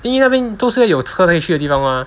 因为那边都是要有车才可以去的地方 mah